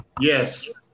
Yes